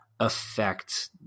affect